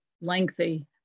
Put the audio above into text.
lengthy